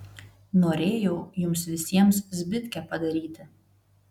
norėjau jums visiems zbitkę padaryti